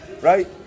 right